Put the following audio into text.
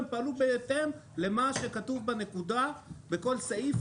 הם פעלו בהתאם למה שכתוב בכל סעיף,